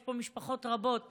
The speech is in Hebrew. יש פה משפחות רבות שעברו,